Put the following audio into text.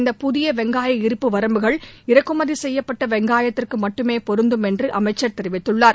இந்த புதிய வெங்காய இருப்பு வரம்புகள் இறக்குமதி செய்யப்பட்ட வெங்காயத்திற்கு மட்டுமே பொருந்தும் என்று அமைச்சர் தெரிவித்துள்ளார்